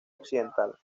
occidental